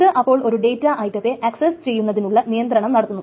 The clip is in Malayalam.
ഇത് അപ്പോൾ ഒരു ഡേറ്റാ ഐറ്റത്തെ അക്സ്സ് ചെയ്യുന്നതിനുള്ള നിയന്ത്രണം നടത്തുന്നു